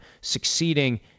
succeeding